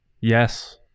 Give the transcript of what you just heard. Yes